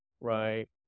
right